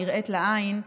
הנראית לעין,